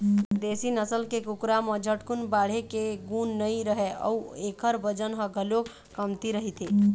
देशी नसल के कुकरा म झटकुन बाढ़े के गुन नइ रहय अउ एखर बजन ह घलोक कमती रहिथे